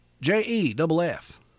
J-E-double-F